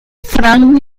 franz